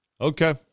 okay